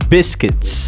Biscuits